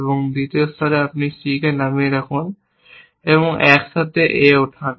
এবং দ্বিতীয় স্তরে আপনি C নামিয়ে রাখুন এবং একই সাথে A উঠান